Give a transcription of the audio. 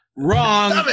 Wrong